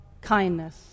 kindness